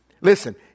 Listen